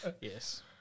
yes